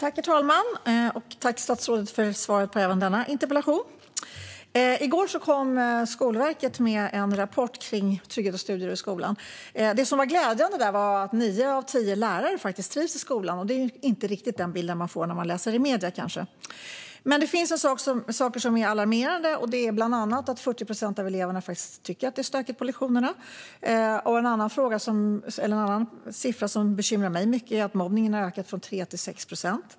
Herr talman! Tack, statsrådet, för svaret på även denna interpellation! I går kom Skolverket med en rapport om trygghet och studiero i skolan. Det som var glädjande där var att nio av tio lärare faktiskt trivs i skolan. Det är ju inte riktigt den bilden man får när man läser vad som skrivs i medierna. Men det finns saker som är alarmerande, och det är bland annat att 40 procent av eleverna faktiskt tycker att det är stökigt på lektionerna. En annan siffra som bekymrar mig mycket är att mobbningen har ökat från 3 till 6 procent.